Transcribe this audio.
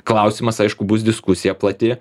klausimas aišku bus diskusija plati